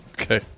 Okay